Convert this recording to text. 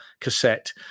cassette